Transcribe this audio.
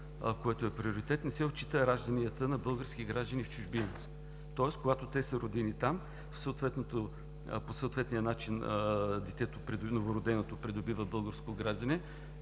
което е приоритет – не се отчитат ражданията на български граждани в чужбина. Тоест, когато те са родени там, по съответния начин новороденото придобива българско гражданство,